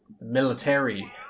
military